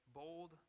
bold